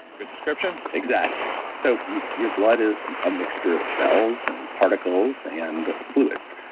good description? exactly. so, your your blood is a mixture of cells, and particles, and fluids,